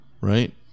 Right